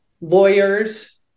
lawyers